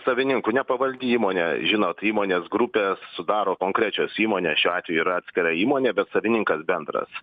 savininkų nepavaldi įmonė žinot įmonės grupes sudaro konkrečios įmonės šiuo atveju yra atskira įmonė bet savininkas bendras